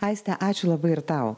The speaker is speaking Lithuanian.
aiste ačiū labai ir tau